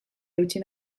eutsi